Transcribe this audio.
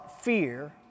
fear